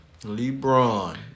LeBron